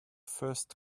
first